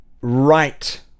right